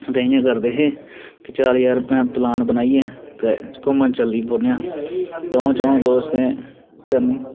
ते इ'यां करदे चल यार पैं प्लान बनाइयै घुम्मन चली पौनेंआं दंऊ चऊं दोस्तें कन्नै